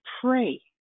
pray